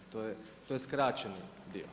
To je skraćeni dio.